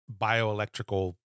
bioelectrical